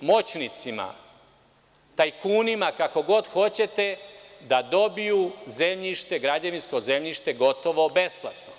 moćnicima, tajkunima, kako god hoćete da dobiju zemljište, građevinsko zemljište gotovo besplatno.